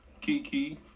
Kiki